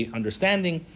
understanding